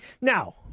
Now